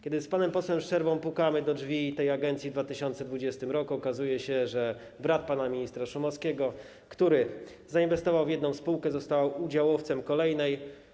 Kiedy z panem posłem Szczerbą zapukaliśmy do drzwi tej agencji w 2020 r., okazało się, że brat pana ministra Szumowskiego, który zainwestował w jedną spółkę, został udziałowcem kolejnej.